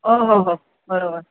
हो हो हो बरोबर